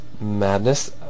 Madness